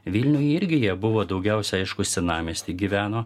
vilniuj irgi jie buvo daugiausia aišku senamiesty gyveno